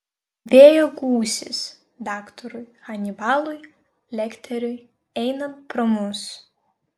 vėjo gūsis daktarui hanibalui lekteriui einant pro mus